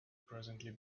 presently